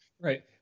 right